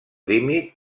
límit